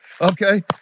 Okay